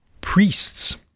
priests